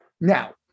Now